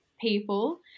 people